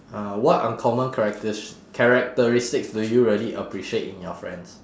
uh what uncommon characte~ characteristics do you really appreciate in your friends